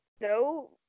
no